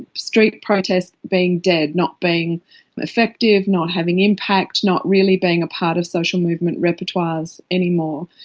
street protests being dead, not being effective, not having impact, not really being a part of social movement repertoires anymore.